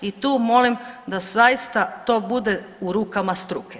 I tu molim da zaista to bude u rukama struke.